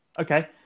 okay